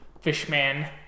fishman